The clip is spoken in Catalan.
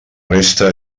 resta